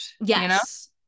Yes